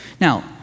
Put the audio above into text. Now